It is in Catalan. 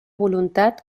voluntat